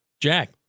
Jack